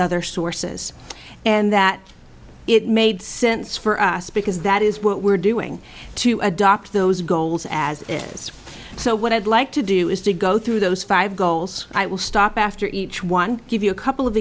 other sources and that it made sense for us because that is what we're doing to adopt those goals as is so what i'd like to do is to go through those five goals i will stop after each one give you a couple of